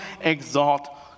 exalt